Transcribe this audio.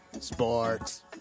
Sports